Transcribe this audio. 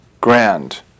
Grand